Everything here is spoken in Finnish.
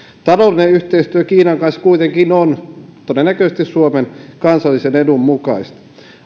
taloudellinen yhteistyö kiinan kanssa kuitenkin on todennäköisesti suomen kansallisen edun mukaista